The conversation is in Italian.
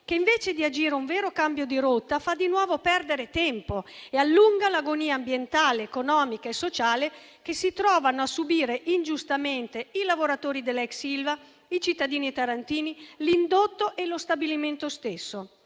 che invece di agire un vero cambio di rotta fa di nuovo perdere tempo e allunga l'agonia ambientale, economica e sociale che si trovano a subire ingiustamente i lavoratori dell'ex Ilva, i cittadini tarantini, l'indotto e lo stabilimento stesso.